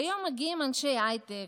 כיום מגיעים אנשי הייטק,